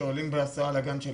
שעולים בהסעה לגן שלהם.